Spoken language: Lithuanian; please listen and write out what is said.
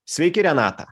sveiki renata